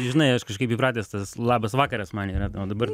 žinai aš kažkaip įpratęs tas labas vakaras man yra dabar